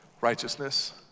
righteousness